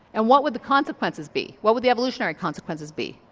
and what would the consequences be, what would the evolutionary consequences be?